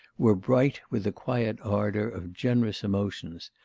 were bright with the quiet ardour of generous emotions,